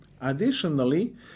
Additionally